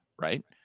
right